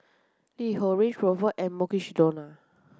LiHo Range Rover and Mukshidonna